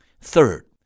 Third